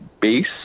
base